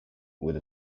with